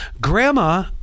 Grandma